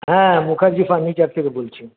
হ্যাঁ মুখার্জী ফার্ণিচার থেকে বলছি